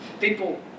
People